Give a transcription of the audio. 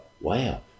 wow